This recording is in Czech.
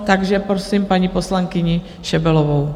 Takže prosím paní poslankyni Šebelovou.